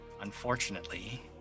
unfortunately